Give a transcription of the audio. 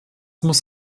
muss